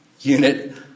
unit